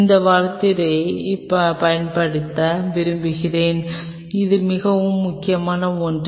இந்த வார்த்தையைப் பயன்படுத்த விரும்புகிறார்கள் இது மிகவும் முக்கியமான ஒன்றாகும்